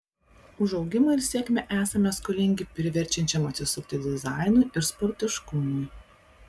už augimą ir sėkmę esame skolingi priverčiančiam atsisukti dizainui ir sportiškumui